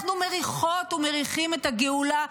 אנחנו מריחות ומריחים את הגאולה,